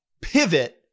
pivot